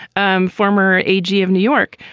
um former a g. of new york.